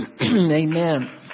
Amen